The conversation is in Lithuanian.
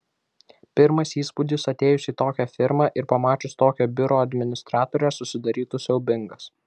pirmas įspūdis atėjus į tokią firmą ir pamačius tokią biuro administratorę susidarytų siaubingas